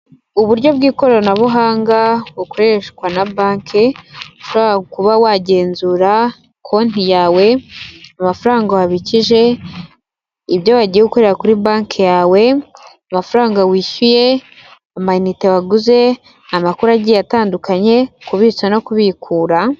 Uburyo bw'ikoranabuhanga, bukoreshwa na banke ushobora kuba wagenzura konti yawe, amafaranga wabikije, ibyo wagiye ukorera kuri banki yawe, amafaranga wishyuye, amayinite waguze, amakuru agiye atandukanye, kubitsa no kubikura.